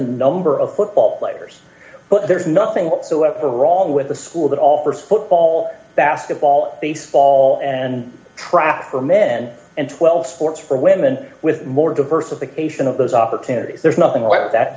number of football players but there's nothing whatsoever wrong with the school that offers football basketball the it's fall and traffic for men and twelve forts for women with more diversification of those opportunities there's nothing what that